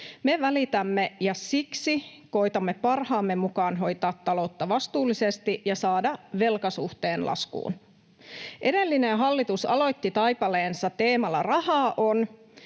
Me välitämme, ja siksi koetamme parhaamme mukaan hoitaa taloutta vastuullisesti ja saada velkasuhteen laskuun. Edellinen hallitus aloitti taipaleensa teemalla ”rahaa on”,